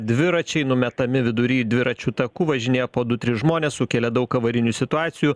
dviračiai numetami vidury dviračių taku važinėja po du tris žmones sukelia daug avarinių situacijų